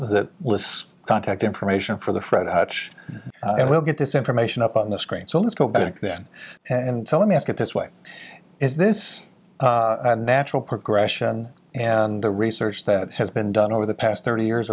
that lists contact information for the fred hutch and we'll get this information up on the screen so let's go back then and so let me ask it this way is this a natural progression and the research that has been done over the past thirty years